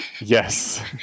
yes